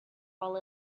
all